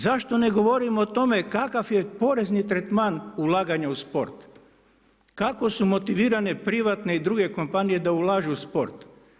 Zašto ne govorimo o tome kakav je porezni tretman ulaganja u sport, kako su motivirane privatne i druge kompanije da ulažu u sport?